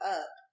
up